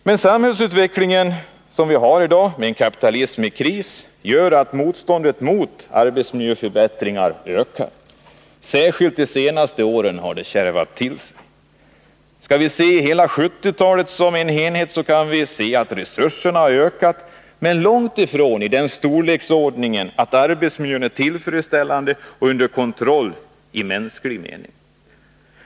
Men den samhällsutveckling som vi har i dag med en kapitalism i kris gör att motståndet mot arbetsmiljöförbättringar ökar. Särskilt de senaste åren har det kärvat till sig. Skall vi se hela 1970-talet som en enhet, kan vi konstatera att resurserna har ökat, men de har långt ifrån den storleksordningen att arbetsmiljön är tillfredsställande och under kontroll i mänsklig mening.